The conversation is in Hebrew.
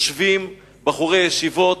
יושבים בחורי הישיבות,